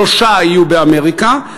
שלושה יהיו באמריקה,